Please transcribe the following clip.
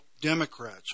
Democrats